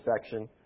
section